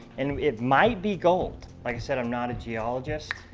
and it might be gold. like i said, i'm not a geologist.